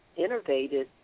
innervated